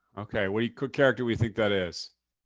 okay. what character we think that is.